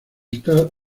está